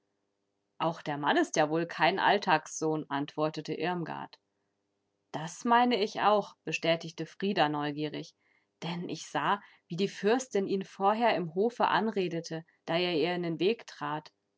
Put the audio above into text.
auch der mann ist ja wohl kein alltagssohn antwortete irmgard das meine ich auch bestätigte frida neugierig denn ich sah wie die fürstin ihn vorher im hofe anredete da er ihr in den weg trat